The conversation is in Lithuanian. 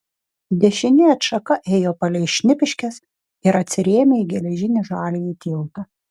dešinė atšaka ėjo palei šnipiškes ir atsirėmė į geležinį žaliąjį tiltą